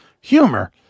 humor